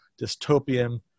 dystopian